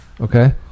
okay